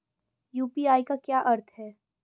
UPI का क्या अर्थ है?